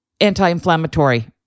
anti-inflammatory